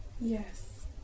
Yes